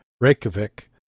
Reykjavik